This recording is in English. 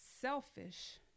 selfish